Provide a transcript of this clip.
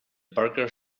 burger